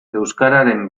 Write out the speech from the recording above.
euskararen